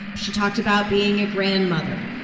she talked about being a grandmother.